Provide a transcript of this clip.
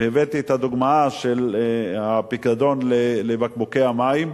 והבאתי את הדוגמה של הפיקדון על בקבוקי המים.